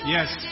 Yes